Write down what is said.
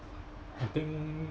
I think